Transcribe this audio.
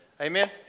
Amen